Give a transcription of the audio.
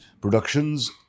productions